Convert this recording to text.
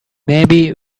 maybe